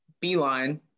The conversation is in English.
beeline